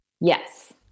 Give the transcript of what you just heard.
Yes